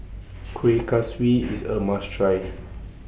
Kuih Kaswi IS A must Try